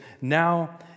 Now